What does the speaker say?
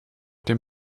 dem